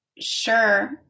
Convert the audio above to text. Sure